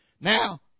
Now